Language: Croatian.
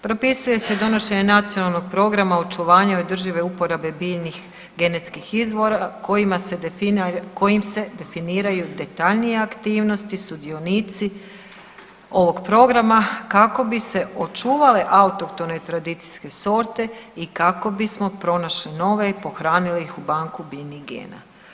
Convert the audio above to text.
Propisuje se donošenje nacionalnog programa očuvanja održive uporabe biljnih genetskih izvora kojim se definiraju detaljnije aktivnosti, sudionici ovog programa kako bi se očuvale autohtone tradicijske sorte i kako bismo pronašli nove i pohranili ih u banku biljnih gena.